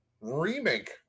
remake